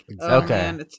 Okay